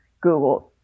Google